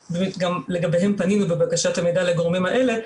ולגביהם פנינו בבקשת המידע לגורמים האלה,